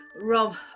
Rob